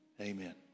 Amen